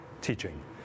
teaching